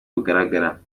bugaragara